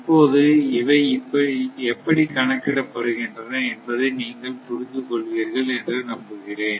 இப்போது இவை எப்படி கணக்கிடப் படுகின்றன என்பதை நீங்கள் புரிந்து கொள்வீர்கள் என்று நம்புகிறேன்